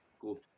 Cool